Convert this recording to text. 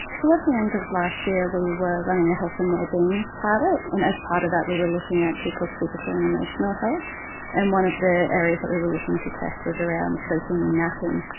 towards the end of last year we were running a health and wellbeing pilot and as part of that we were looking at people's physical and emotional health and one of the areas we were looking to test was around sleeping and napping.